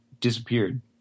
disappeared